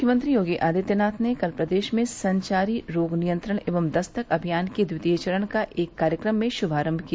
मुख्यमंत्री योगी आदित्यनाथ ने कल प्रदेश में संचारी रोग नियंत्रण एवं दस्तक अभियान के ट्वितीय चरण का एक कार्यक्रम में श्मारम्म किया